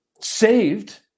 saved